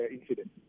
incident